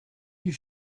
you